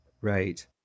Right